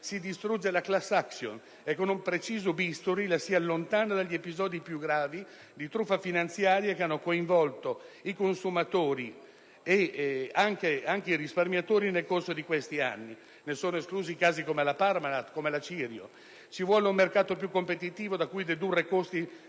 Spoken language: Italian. Si distrugge la *class action* e con un preciso bisturi la si allontana dagli episodi più gravi di truffa finanziaria che hanno coinvolto i consumatori e i risparmiatori nel corso di questi anni (ne sono esclusi, infatti, i casi Parmalat e Cirio). Ci vuole un mercato più competitivo da cui dedurre costi